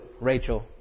Rachel